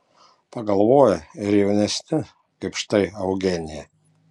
pagalvoja ir jaunesni kaip štai eugenija